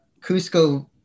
Cusco